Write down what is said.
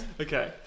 Okay